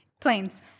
Planes